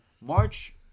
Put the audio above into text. March